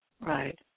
right